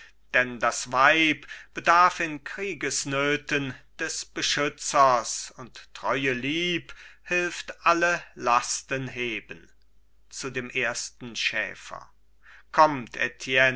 denn das weib bedarf in kriegesnöten des beschützers und treue lieb hilft alle lasten heben zu dem ersten schäfer kommt